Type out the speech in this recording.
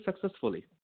successfully